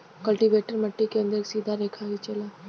cultivator मट्टी के अंदर एक सीधा रेखा खिंचेला